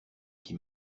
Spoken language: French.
qui